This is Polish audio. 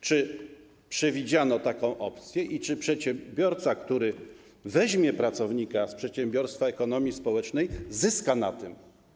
Czy przewidziano taką opcję i czy przedsiębiorca, który weźmie pracownika z przedsiębiorstwa ekonomii społecznej, zyska na tym?